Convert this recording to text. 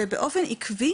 ובאופן עקבי